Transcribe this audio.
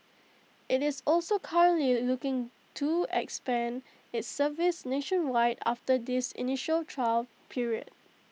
IT is also currently looking to expand its service nationwide after this initial trial period